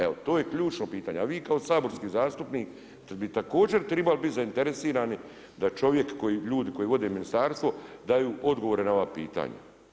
Evo to je ključno pitanje, a vi kao saborski zastupnik bi također tribali bit zainteresirani da čovjek koji, ljudi koji vode ministarstvo daju odgovore na ova pitanja.